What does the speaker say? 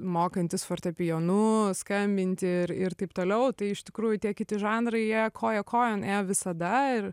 mokantis fortepijonu skambinti ir ir taip toliau tai iš tikrųjų tie kiti žanrai jie koja kojon ėjo visada ir